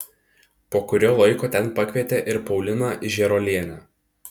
po kurio laiko ten pakvietė ir pauliną žėruolienę